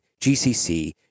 GCC